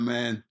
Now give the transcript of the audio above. Man